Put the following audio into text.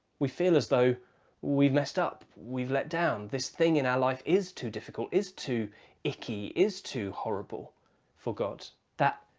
we feel as though we've messed up, we've let down. this thing in our life is too difficult, is too icky, is too horrible for god.